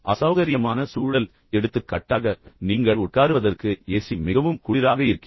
அசௌகரியமான சூழல் எடுத்துக்காட்டாக நீங்கள் உட்காருவதற்கு ஏசி மிகவும் குளிராக இருக்கிறது